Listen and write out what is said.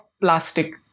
plastic